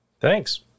Thanks